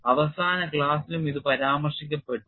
അവസാന ക്ലാസിലും ഇത് പരാമർശിക്കപ്പെട്ടു